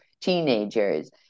teenagers